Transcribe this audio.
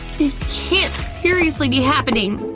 this can't seriously be happening!